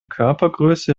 körpergröße